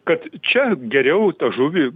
kad čia geriau tą žuvį